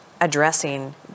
addressing